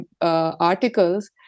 articles